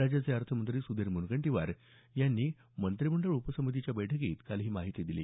राज्याचे अर्थमंत्री सुधीर मुनगंटीवार यांनी मंत्रिमंडळ उपसमितीच्या बैठकीत काल ही माहिती दिली